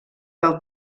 del